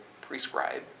prescribe